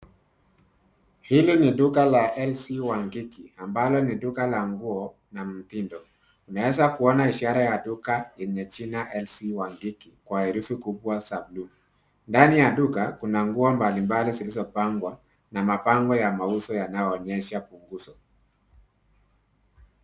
Hili ni duka la LC Waikiki ambalo ni duka la nguo na mtindo. Unaeza kuona ishara ya duka yenye jina LC Waikiki kwa herufi kubwa za bluu. Ndani ya duka, kuna nguo mbali mbali zilizopangwa na mabango ya mauzo yanayoonyesha punguzo.